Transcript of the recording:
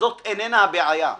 זאת איננה הבעיה.